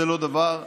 זה לא דבר נכון.